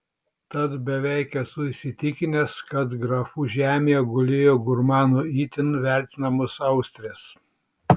tad beveik esu įsitikinęs kad grafų žemėje gulėjo gurmanų itin vertinamos austrės